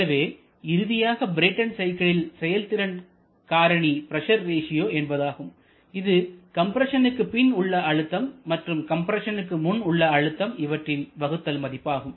எனவே இறுதியாக பிரேட்டன் சைக்கிளின் செயல் திறன் காரணி பிரஷர் ரேசியோ என்பதாகும் இது கம்ப்ரஸனுக்கு பின் உள்ள அழுத்தம் மற்றும் கம்ப்ரஸனுக்கு முன் உள்ள அழுத்தம் இவற்றின் வகுத்தல் மதிப்பாகும்